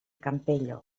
campello